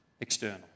external